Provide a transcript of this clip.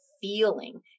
feeling